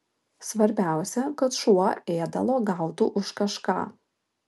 svarbiausia kad šuo ėdalo gautų už kažką